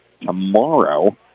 tomorrow